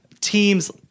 teams